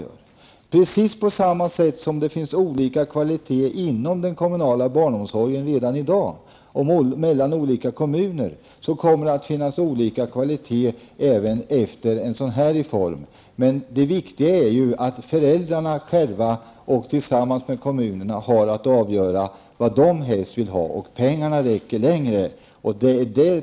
På samma sätt som det redan i dag finns olika kvalitetsnivåer inom den kommunala barnomsorgen och i olika kommuner, kommer det att finnas olika kvalitetsnivåer även efter en sådan här reform. Men det viktiga är att föräldrarna själva tillsammans med kommunerna har att avgöra vad de helst vill ha. Pengarna räcker dessutom på så sätt längre.